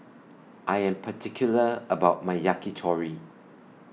I Am particular about My Yakitori